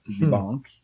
debunk